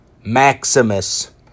Maximus